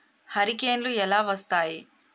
హరికేన్లు ఎలా వస్తాయి?